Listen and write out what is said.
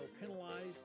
penalized